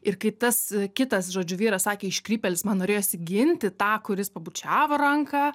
ir kai tas kitas žodžiu vyras sakė iškrypėlis man norėjosi ginti tą kuris pabučiavo ranką